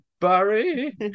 Barry